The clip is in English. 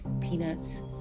peanuts